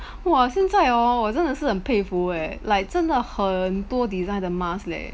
!wah! 现在 hor 我真的是很佩服 leh like 真的很多 designed 的 mask leh